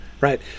Right